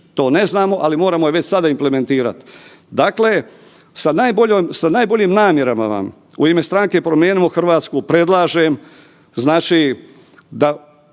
to ne znamo, ali moramo je već sada implementirati. Dakle, sa najboljim namjerama vam u ime stranke Promijenimo Hrvatsku predlažem, znači da